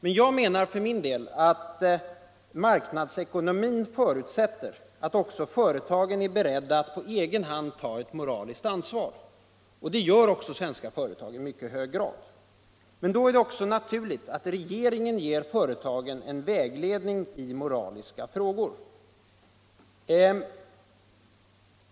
men jag menar för min del att marknadsekonomin förutsätter att också företagen är beredda att på egen hand ta ett moraliskt ansvar, och det gör också svenska företag i mycket hörg grad. Men då är det också naturligt att regeringen ger företagen en vägledning i moraliska frågor.